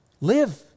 live